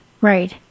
right